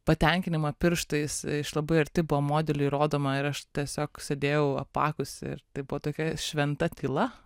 patenkinimą pirštais iš labai arti po modelį rodomą ir aš tiesiog sėdėjau apakus ir tai buvo tokia šventa tyla